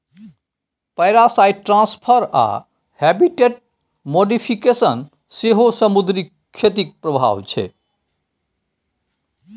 parasite transfer आ habitat modification सेहो समुद्री खेतीक प्रभाब छै